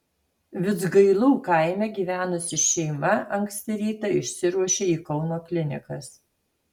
vidzgailų kaime gyvenusi šeima anksti rytą išsiruošė į kauno klinikas